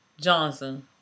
Johnson